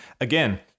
again